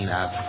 up